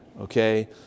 Okay